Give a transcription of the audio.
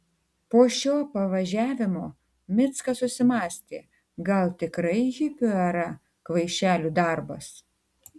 po šio pavažiavimo mickas susimąstė gal tikrai hipių era kvaišelių darbas